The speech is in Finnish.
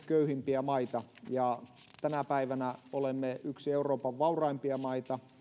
köyhimpiä maita ja tänä päivänä olemme yksi euroopan vauraimpia maita